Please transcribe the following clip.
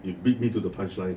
you beat me to the punchline